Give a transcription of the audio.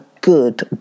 good